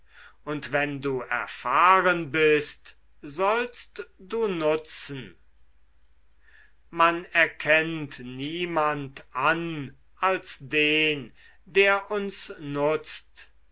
und wenn du erfahren bist sollst du nutzen man erkennt niemand an als den der uns nutzt